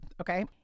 okay